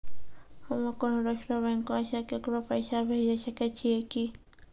हम्मे कोनो दोसरो बैंको से केकरो पैसा भेजै सकै छियै कि?